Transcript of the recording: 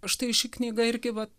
štai ši knyga irgi va